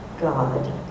God